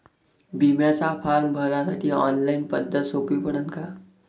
बिम्याचा फारम भरासाठी ऑनलाईन पद्धत सोपी पडन का?